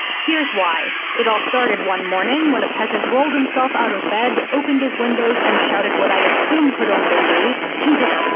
here's why. it all started one morning, when a peasant rolled himself out of bed, opened his windows and shouted what i assume could only be, jesus